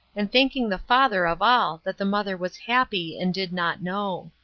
and thanking the father of all that the mother was happy and did not know.